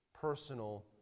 personal